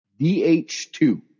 DH2